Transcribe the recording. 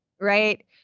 Right